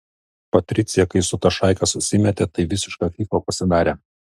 patricija kai su ta šaika susimetė tai visiška fyfa pasidarė